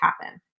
happen